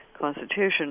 Constitution